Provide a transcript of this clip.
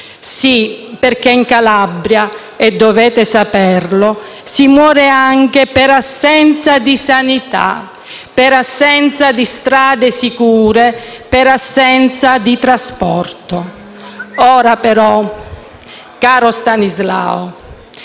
Sì, perché in Calabria - e dovete saperlo - si muore anche per assenza di sanità, per assenza di strade sicure, per assenza di trasporto. Ora, però, caro Stanislao,